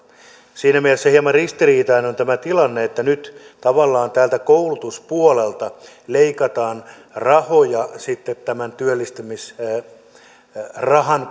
siinä mielessä hieman ristiriitainen on tämä tilanne että nyt tavallaan täältä koulutuspuolelta leikataan rahoja sitten tämän työllistämisrahan